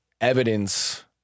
evidence—